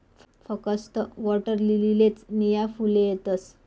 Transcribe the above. फकस्त वॉटरलीलीलेच नीया फुले येतस